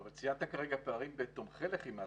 אבל ציינת כרגע פערים בתומכי לחימה.